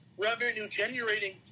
revenue-generating